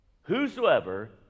Whosoever